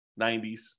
90s